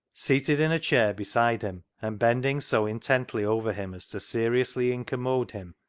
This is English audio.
seated in a chair beside him, and bending so intently over him as to seriously incommode him,